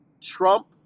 Trump